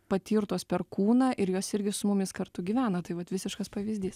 patirtos per kūną ir jos irgi su mumis kartu gyvena tai vat visiškas pavyzdys